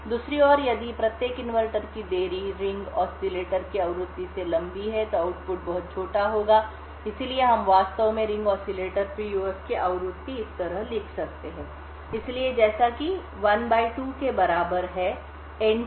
दूसरी ओर यदि प्रत्येक इनवर्टर की देरी रिंग ऑसिलेटर की आवृत्ति से लंबी है तो आउटपुट बहुत छोटा होगा इसलिए हम वास्तव में रिंग ऑसिलेटर PUF की आवृत्ति इस तरह लिख सकते हैं इसलिए जैसा कि 1 बाय 2 के बराबर है एन टीnT